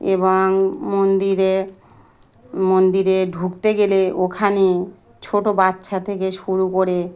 এবং মন্দিরে মন্দিরে ঢুকতে গেলে ওখানে ছোটো বাচ্চা থেকে শুরু করে